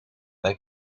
bij